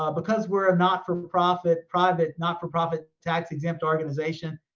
ah because we're a not-for-profit private, not-for-profit, tax-exempt organization,